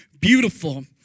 beautiful